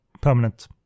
permanent